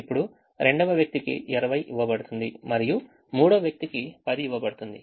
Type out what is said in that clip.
ఇప్పుడు 2వ వ్యక్తికి 20 ఇవ్వబడుతుంది మరియు 3వ వ్యక్తికి 10 ఇవ్వబడుతుంది